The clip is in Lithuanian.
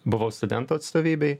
buvau studentų atstovybėj